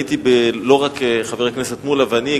לא רק חבר הכנסת מולה ואני,